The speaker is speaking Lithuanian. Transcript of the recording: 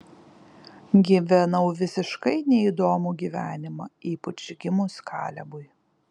gyvenau visiškai neįdomų gyvenimą ypač gimus kalebui